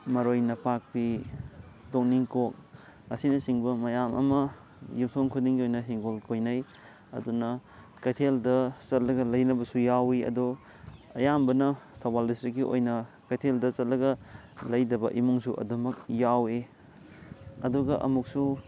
ꯃꯔꯣꯏ ꯅꯄꯥꯛꯄꯤ ꯇꯣꯅꯤꯡꯀꯣꯛ ꯑꯁꯤꯅꯆꯤꯡꯕ ꯃꯌꯥꯝ ꯑꯃ ꯌꯨꯝꯊꯣꯡ ꯈꯨꯗꯤꯡꯒꯤ ꯑꯣꯏꯅ ꯍꯤꯡꯒꯣꯜ ꯀꯣꯏꯅꯩ ꯑꯗꯨꯅ ꯀꯩꯊꯦꯜꯗ ꯆꯠꯂꯒ ꯂꯩꯅꯕꯁꯨ ꯌꯥꯎꯋꯤ ꯑꯗꯣ ꯑꯌꯥꯝꯕꯅ ꯊꯧꯕꯥꯜ ꯗꯤꯁꯇ꯭ꯔꯤꯛꯀꯤ ꯑꯣꯏꯅ ꯀꯩꯊꯦꯜꯗ ꯆꯠꯂꯒ ꯂꯩꯗꯕ ꯏꯃꯨꯡꯁꯨ ꯑꯗꯨꯃꯛ ꯌꯥꯎꯋꯤ ꯑꯗꯨꯒ ꯑꯃꯨꯛꯁꯨ